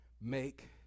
make